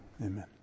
Amen